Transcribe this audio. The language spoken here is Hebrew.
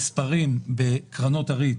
צריכים לאפשר לקרנות ריט